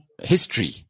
history